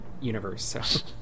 universe